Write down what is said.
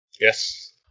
Yes